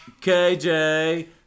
KJ